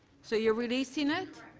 so you're releasng it?